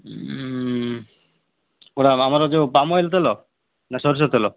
ଆମର ଯୋଉ palm oil ତେଲ ନା ସୋରିଷ ତେଲ